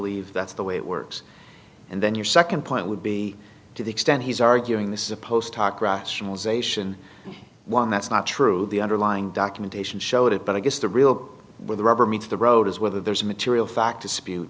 leave that's the way it works and then your second point would be to the extent he's arguing this is a post hoc rationalization one that's not true the underlying documentation showed it but i guess the real where the rubber meets the road is whether there's a material fact dispute